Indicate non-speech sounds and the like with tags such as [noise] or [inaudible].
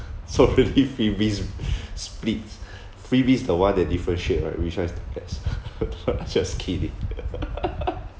so [laughs] freebies split freebies the one that differentiate right which one the best [laughs] just kidding [laughs]